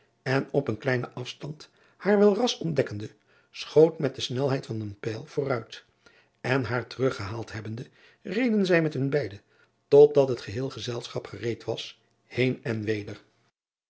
en op een kleinen afstand haar welras ontdekkende schoot met de snelheid van een pijl voor uit en haar teruggehaald hebbende reden zij met hun beide tot driaan oosjes zn et leven van aurits ijnslager dat het geheel gezelschap gereed was heen en weder